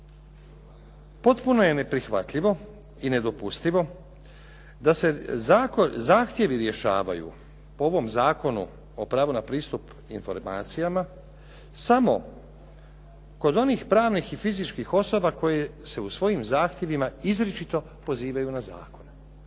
potpuno je neprihvatljivo i nedopustivo da se zahtjevi rješavaju po ovom Zakonu o pravu na pristup informacijama samo kod onih pravnih i fizičkih osoba koje se u svojim zahtjevima izričito pozivaju na zakone.